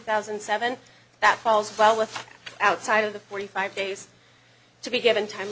thousand and seven that falls file with outside of the forty five days to be given time